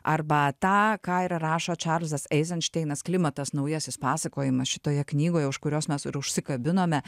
arba tą ką ir rašo čarzas eizenšteinas klimatas naujasis pasakojimas šitoje knygoje už kurios mes ir užsikabinome